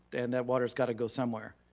and that water's gotta go somewhere.